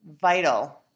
vital